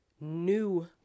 new